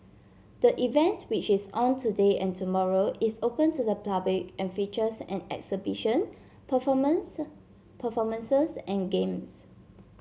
the event which is on today and tomorrow is open to the public and features an exhibition performance performances and games